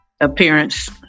Appearance